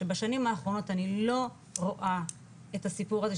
שבשנים האחרונות אני לא רואה את הסיפור הזה,